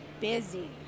busy